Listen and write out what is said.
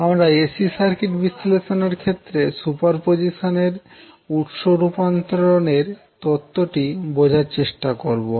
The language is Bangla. আমরা এসি সার্কিট বিশ্লেষণের ক্ষেত্রে সুপারপজিশন এবং উৎস রূপান্তরন এর তত্ত্বটি বোঝার চেষ্টা করবো